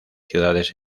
ciudades